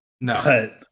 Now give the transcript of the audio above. No